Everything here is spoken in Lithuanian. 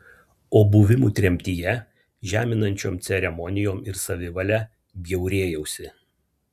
o buvimu tremtyje žeminančiom ceremonijom ir savivale bjaurėjausi